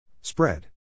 Spread